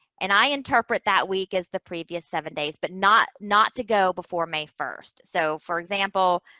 and i interpret that week as the previous seven days, but not, not to go before may first. so, for example,